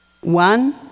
One